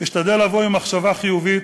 אשתדל לבוא עם מחשבה חיובית,